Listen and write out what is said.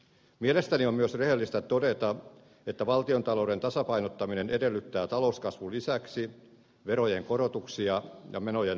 mielestäni on myös rehellistä todeta että valtiontalouden tasapainottaminen edellyttää talouskasvun lisäksi verojen korotuksia ja menojen leikkauksia